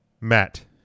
Matt